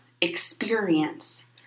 experience